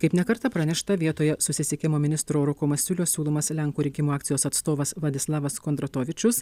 kaip ne kartą pranešta vietoje susisiekimo ministro roko masiulio siūlomas lenkų rinkimų akcijos atstovas vladislavas kondratovičius